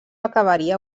acabaria